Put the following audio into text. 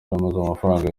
amafaranga